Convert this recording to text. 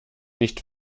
nicht